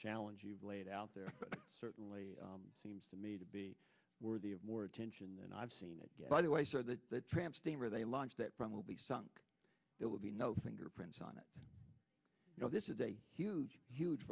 challenge you've laid out there certainly seems to me to be worthy of more attention than i've seen it by the way so that the tramp steamer they launch that from will be sunk it will be no fingerprints on it you know this is a huge huge